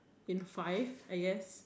in five I guess